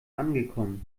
angekommen